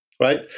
Right